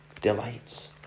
delights